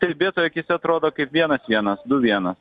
stebėtojo akyse atrodo kaip vienas vienas du vienas